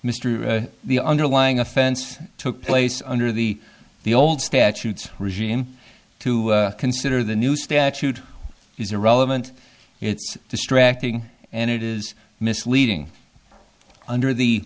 mr the underlying offense took place under the the old statutes regime to consider the new statute is irrelevant it's distracting and it is misleading under the